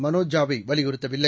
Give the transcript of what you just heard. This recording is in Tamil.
மனோஜ் ஜா வை வலியுறுத்தவில்லை